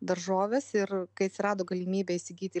daržoves ir kai atsirado galimybė įsigyti